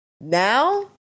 now